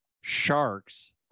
sharks